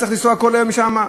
הוא יצטרך לנסוע כל יום לשם?